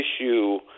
issue